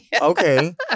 okay